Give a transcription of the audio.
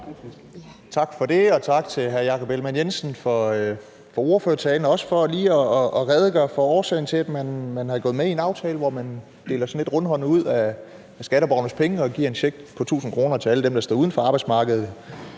Tak for det, og tak til hr. Jakob Ellemann-Jensen for ordførertalen og også for lige at redegøre for årsagen til, at man er gået med i en aftale, hvor man deler sådan lidt rundhåndet ud af skatteborgernes penge og giver en check på 1.000 kr. til alle dem, der står uden for arbejdsmarkedet.